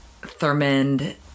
Thurmond